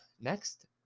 next